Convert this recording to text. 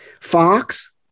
Fox